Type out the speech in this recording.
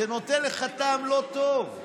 זה נותן לך טעם לא טוב.